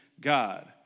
God